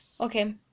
Okay